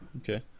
Okay